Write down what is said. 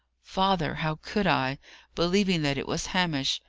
father, how could i believing that it was hamish?